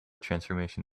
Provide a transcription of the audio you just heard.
transformation